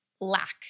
lack